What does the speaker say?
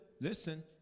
listen